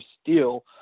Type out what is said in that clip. steel